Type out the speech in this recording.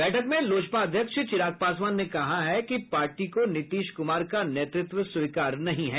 बैठक में लोजपा अध्यक्ष चिराग पासवान ने कहा है कि पार्टी को नीतीश कुमार का नेतृत्व स्वीकार नहीं है